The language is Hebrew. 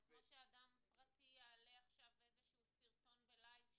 זה כמו שאדם פרטי יעלה עכשיו איזשהו סרטון ב-live,